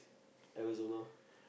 Arizona